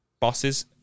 bosses